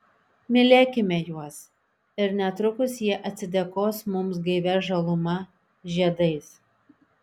mylėkime juos ir netrukus jie atsidėkos mums gaivia žaluma žiedais